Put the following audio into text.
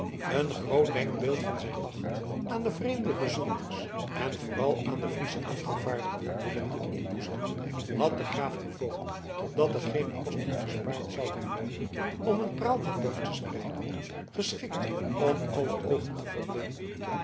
een groot denkbeeld van zijn macht aan de vreemde bezoekers en vooral aan de friesche afgevaardigden willende inboezemen had de graaf bevolen dat er geene kosten gespaard zouden worden om een praal ten toon te spreiden geschikt om alle oogen te verblinden